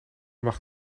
mag